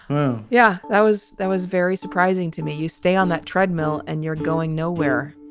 oh, yeah, that was that was very surprising to me. you stay on that treadmill and you're going nowhere